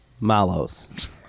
malos